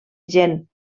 gent